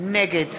נגד